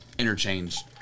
interchange